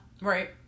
Right